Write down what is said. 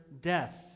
death